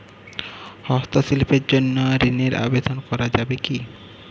হস্তশিল্পের জন্য ঋনের আবেদন করা যাবে কি?